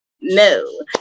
No